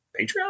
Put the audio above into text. Patreon